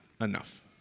enough